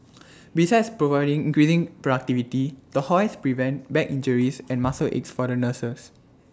besides increasing productivity the hoists prevent back injuries and muscle aches for the nurses